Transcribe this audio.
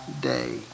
day